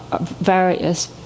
various